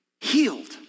healed